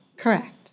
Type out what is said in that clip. Correct